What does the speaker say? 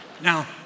Now